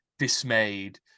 dismayed